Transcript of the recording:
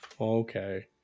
Okay